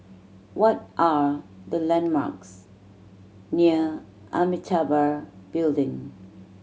what are the landmarks near Amitabha Building